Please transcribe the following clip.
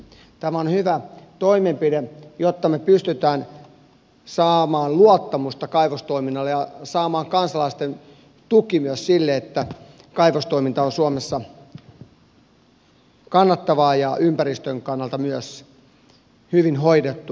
tämä on hyvä toimenpide jotta me pystymme saamaan luottamusta kaivostoiminnalle ja saamaan kansalaisten tuen myös sille että kaivostoiminta on suomessa kannattavaa ja ympäristön kannalta myös hyvin hoidettua toimintaa